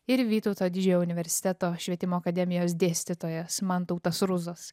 ir vytauto didžiojo universiteto švietimo akademijos dėstytojas mantautas ruzas